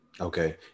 Okay